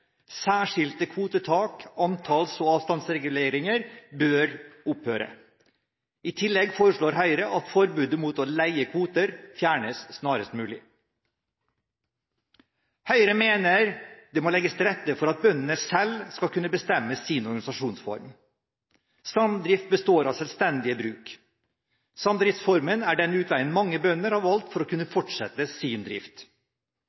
I tillegg foreslår Høyre at forbudet mot å leie kvoter fjernes snarest mulig. Høyre mener det må legges til rette for at bøndene selv skal kunne bestemme sin organisasjonsform. En samdrift består av selvstendige bruk. Samdriftsformen er den utveien mange bønder har valgt for å kunne fortsette sin drift.